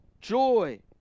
joy